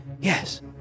Yes